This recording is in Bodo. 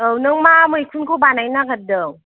औ नों मा मैखुनखौ बानायनो नागिरदों